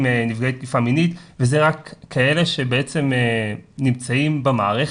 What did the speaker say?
תקיפה מינית וזה רק כאלה שנמצאים במערכת.